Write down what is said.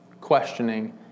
questioning